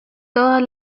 todas